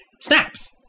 snaps